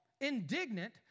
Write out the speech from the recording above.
Indignant